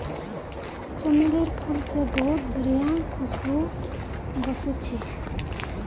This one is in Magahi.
चमेलीर फूल से बहुत बढ़िया खुशबू वशछे